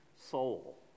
soul